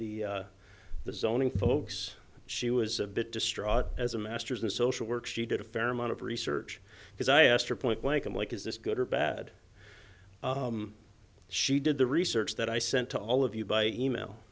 the the zoning folks she was a bit distraught as a masters in social work she did a fair amount of research because i asked her point blank i'm like is this good or bad she did the research that i sent to all of you by e mail